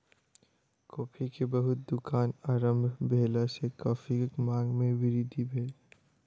coffee के बहुत दुकान आरम्भ भेला सॅ कॉफ़ीक मांग में वृद्धि भेल